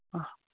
ह